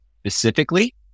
specifically